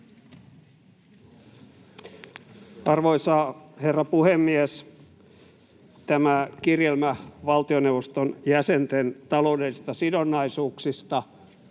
Arvoisa herra puhemies! Tämä kirjelmä valtioneuvoston jäsenten taloudellisista sidonnaisuuksista